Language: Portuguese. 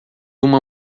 uma